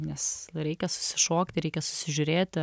nes reikia susišokti reikia susižiūrėti